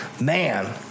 man